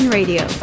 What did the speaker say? Radio